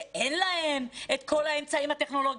שאין להם את כל האמצעים הטכנולוגיים?